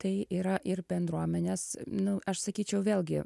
tai yra ir bendruomenės nu aš sakyčiau vėlgi